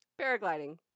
paragliding